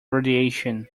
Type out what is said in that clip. radiation